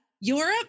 Europe